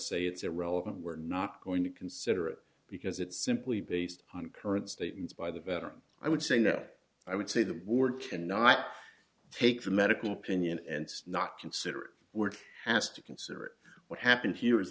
say it's irrelevant we're not going to consider it because it's simply based on current statements by the veteran i would say no i would say the board cannot take the medical opinion and not consider it were asked to consider what happened here is